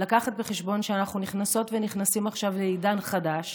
להביא בחשבון שאנחנו נכנסות ונכנסים עכשיו לעידן חדש